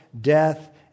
death